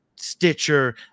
Stitcher